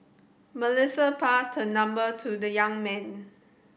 Melissa passed her number to the young man